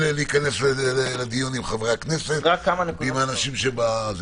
להיכנס לדיון עם חברי הכנסת ועם האנשים שבזום?